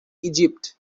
egypt